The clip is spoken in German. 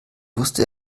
wusste